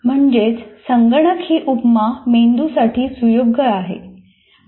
म्हणजेच संगणक ही उपमा मेंदूसाठी सुयोग्य आहे